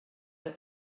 der